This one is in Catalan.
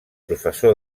professor